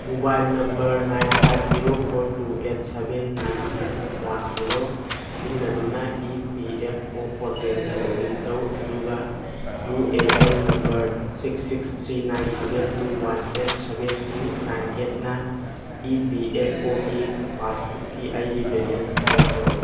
mobile number nine five zero four two eight seven nine eight one zero ꯁꯤꯖꯤꯟꯅꯗꯨꯅ E P F O ꯄꯣꯔꯇꯦꯜꯗ log in ꯇꯧ ꯑꯗꯨꯒ U A N number six six three nine seven two one eight seven two nine ꯑꯩꯠꯅ E P F ꯑꯣꯒꯤ pass ꯕꯨꯛꯀꯤ ꯑꯩꯒꯤ balance ꯆꯣꯡꯊꯣꯔꯛꯎ